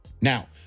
Now